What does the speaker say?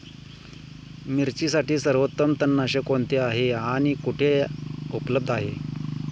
मिरचीसाठी सर्वोत्तम तणनाशक कोणते आहे आणि ते कुठे उपलब्ध आहे?